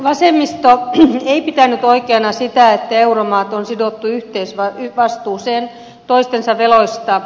vasemmisto ei pitänyt oikeana sitä että euromaat on sidottu yhteisvastuuseen toistensa veloista